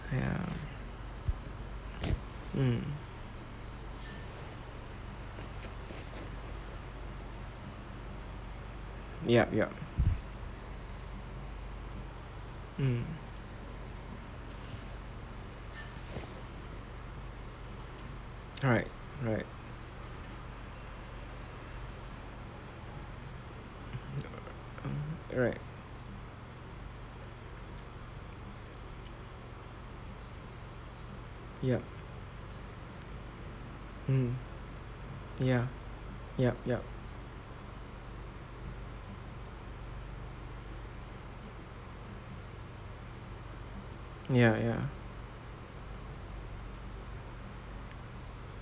ya mm yup yup mm right right right yup mmhmm ya yup yup ya ya